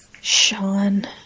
Sean